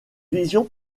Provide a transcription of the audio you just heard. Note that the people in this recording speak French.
vision